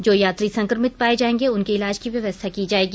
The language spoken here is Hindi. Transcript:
जो यात्री संक्रमित पाये जाएंगे उनके इलाज की व्यवस्था की जायेगी